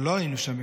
אבל לא היינו שם,